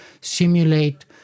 simulate